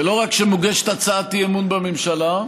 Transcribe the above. ולא רק שמוגשת הצעת אי-אמון בממשלה,